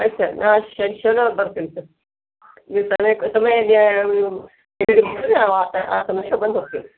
ಆಯ್ತು ಸರ್ ನಾ ಶನ್ ಶನಿವಾರ ಬರ್ತೀನಿ ಸರ್ ಈ ಸಮಯಕ್ಕೆ ಸಮಯಗೇ ನೀವು ಹೇಳಿದರೆ ನಾ ಆ ಸ ಆ ಸಮಯಕ್ಕೆ ಬಂದು ಹೋಗ್ತೀನಿ